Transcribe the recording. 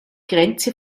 grenze